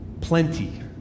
plenty